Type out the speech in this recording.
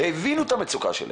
והבינו את המצוקה שלהם.